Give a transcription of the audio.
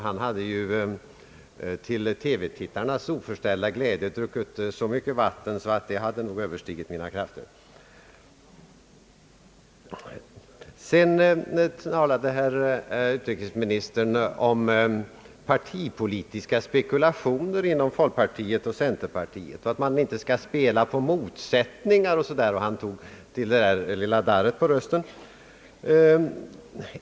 Han hade ju till TV-tittarnas oförställda glädje druckit så mycket vatten att det nog hade överstigit mina krafter att bära något så tungt. Utrikesministern talade sedan om partipolitiska spekulationer inom folkpartiet och centerpartiet, att man inte skall spela på motsättningar och dylikt — han tog därvid till det där lilla darret på rösten.